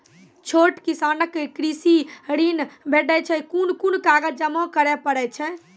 छोट किसानक कृषि ॠण भेटै छै? कून कून कागज जमा करे पड़े छै?